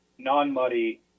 non-muddy